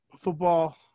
football